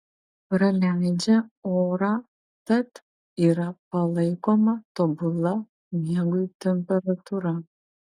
praleidžią orą tad yra palaikoma tobula miegui temperatūra